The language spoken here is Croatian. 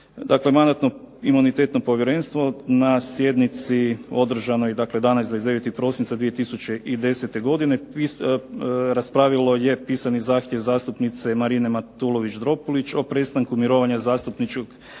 Mandatno-imunitetno povjerenstvo na sjednici održanoj dakle danas 29. prosinca 2010. godine raspravilo je pisani zahtjev zastupnice Marine Matulović Dropulić o prestanku mirovanja zastupničkog